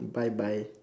bye bye